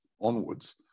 onwards